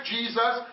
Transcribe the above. Jesus